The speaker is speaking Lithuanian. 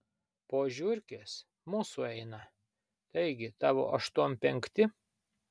po žiurkės mūsų eina taigi tavo aštuom penkti